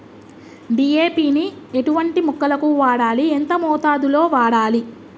DAP ని ఎటువంటి మొక్కలకు వాడాలి? ఎంత మోతాదులో వాడాలి?